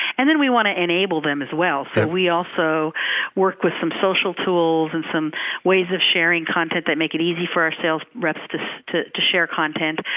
and then we want to enable them as well, so we also work with some social tools and some ways of sharing content that make it easy for our sales reps to so to share content.